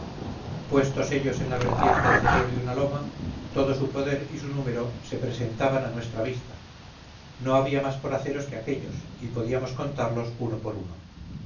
puestos ellos en la vertiente anterior de una loma todo su poder y su número se presentaban a nuestra vista no había más coraceros que aquéllos y podíamos contarlos uno por uno